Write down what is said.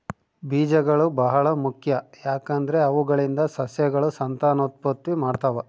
ಬೀಜಗಳು ಬಹಳ ಮುಖ್ಯ, ಯಾಕಂದ್ರೆ ಅವುಗಳಿಂದ ಸಸ್ಯಗಳು ಸಂತಾನೋತ್ಪತ್ತಿ ಮಾಡ್ತಾವ